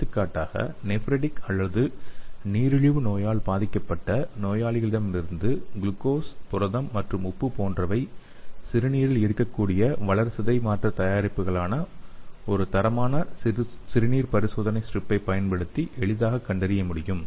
எடுத்துக்காட்டாக நெஃப்ரிடிக் அல்லது நீரிழிவு நோயால் பாதிக்கப்பட்ட நோயாளிகளிடமிருந்து குளுக்கோஸ் புரதம் மற்றும் உப்பு போன்ற சிறுநீரில் இருக்க்கக்கூடிய வளர்சிதை மாற்ற தயாரிப்புகளை ஒரு தரமான சிறுநீர் சோதனைப் ஸ்ட்ரிப்பை பயன்படுத்தி எளிதாகக் கண்டறிய முடியும்